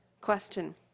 Question